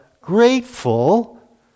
grateful